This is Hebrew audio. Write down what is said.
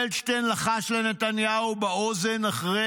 פלדשטיין לחש לנתניהו באוזן אחרי